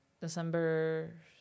December